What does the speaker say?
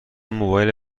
موبایل